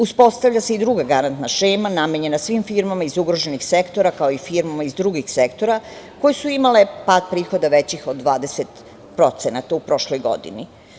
Uspostavlja se i druga garantna šema namenjena svim firmama iz ugroženih sektora, kao i firmama iz drugih sektora koje su imale par prihoda većih od 20% u prošloj godini.